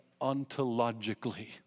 ontologically